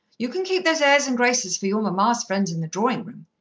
you can keep those airs and graces for your mamma's friends in the drawing-room.